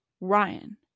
Ryan